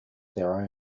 their